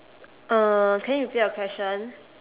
uh can you repeat your question